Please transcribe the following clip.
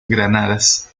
granadas